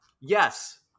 Yes